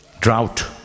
drought